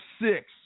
six